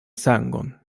sangon